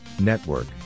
Network